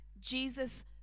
Jesus